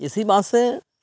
এ C বাসে